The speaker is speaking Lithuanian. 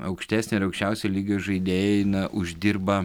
aukštesnio ir aukščiausio lygio žaidėjai na uždirba